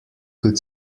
could